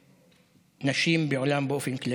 לנשים בעולם באופן כללי,